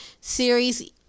series